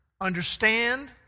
understand